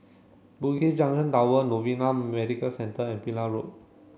Bugis Junction Tower Novena Medical Centre and Pillai Road